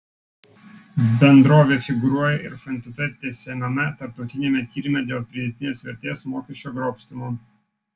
bendrovė figūruoja ir fntt tęsiamame tarptautiniame tyrime dėl pridėtinės vertės mokesčio grobstymo